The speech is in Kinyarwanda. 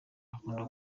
akunda